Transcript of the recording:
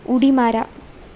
उडी मारा